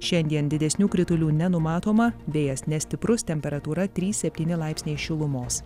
šiandien didesnių kritulių nenumatoma vėjas nestiprus temperatūra trys septyni laipsniai šilumos